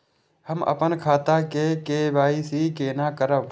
हम अपन खाता के के.वाई.सी केना करब?